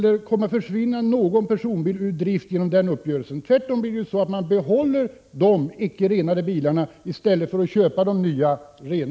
Men det är ju personbilarna som är det stora och tunga problemet vad beträffar utsläppen.